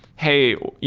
hey,